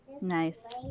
Nice